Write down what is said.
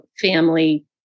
family